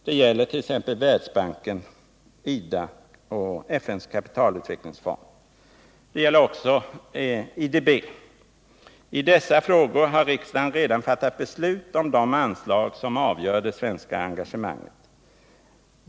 Det gäller t.ex. Världsbanken, IDA och FN:s kapitalutvecklingsfond. Det gäller också IDB. I dessa frågor har riksdagen redan fattat beslut om de anslag som avgör det svenska engagemanget.